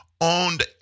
owned